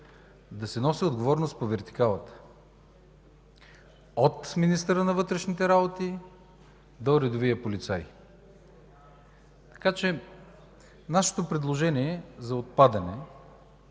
да се носи отговорност по вертикалата – от министъра на вътрешните работи до редовия полицай. Нашето предложение за отпадане